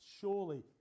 surely